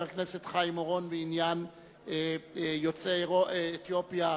הכנסת חיים אורון בעניין יוצאי אתיופיה,